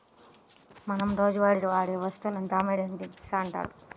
మనం రోజువారీగా వాడే వస్తువులను కమోడిటీస్ అంటారు